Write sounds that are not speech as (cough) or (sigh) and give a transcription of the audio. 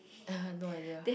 (noise) no idea